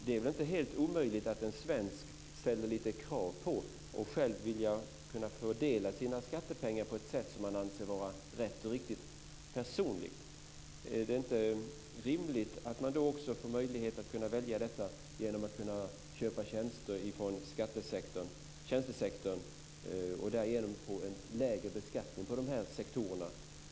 Det är väl inte helt omöjligt att en svensk ställer lite krav på att själv få fördela sina skattepengar på ett sätt som han personligen anser vara rätt och riktigt. Är det inte rimligt att man då också får möjlighet att välja detta genom att köpa tjänster från tjänstesektorn och därigenom få en lägre beskattning på de här sektorerna?